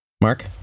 Mark